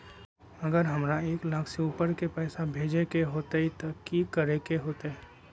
अगर हमरा एक लाख से ऊपर पैसा भेजे के होतई त की करेके होतय?